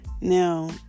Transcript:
Now